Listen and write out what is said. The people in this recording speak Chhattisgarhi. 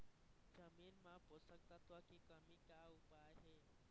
जमीन म पोषकतत्व के कमी का उपाय हे?